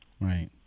Right